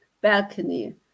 balcony